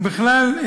ובכלל,